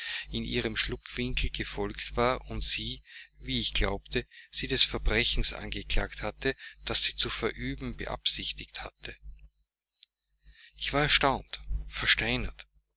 in ihren schlupfwinkel gefolgt war und sie wie ich glaubte sie des verbrechens angeklagt hatte das sie zu verüben beabsichtigt hatte ich war